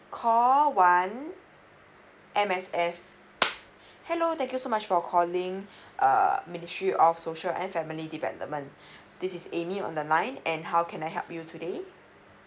call one M_S_F hello thank you so much for calling err ministry of social and family development this is amy on the line and how can I help you today